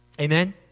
Amen